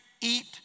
eat